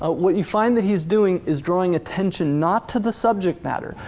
ah what you find that he is doing is drawing attention not to the subject matter,